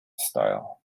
style